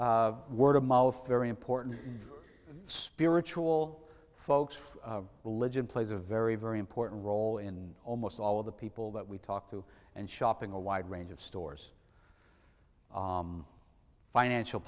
word of mouth very important spiritual folks for religion plays a very very important role in almost all of the people that we talk to and shopping a wide range of stores financial